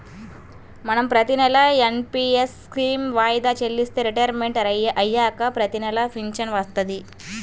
మనం ప్రతినెలా NPS scheme వాయిదా చెల్లిస్తే రిటైర్మంట్ అయ్యాక ప్రతినెలా పింఛను వత్తది